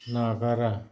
नागारा